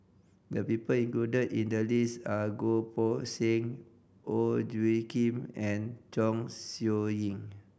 the people included in the list are Goh Poh Seng Ong Tjoe Kim and Chong Siew Ying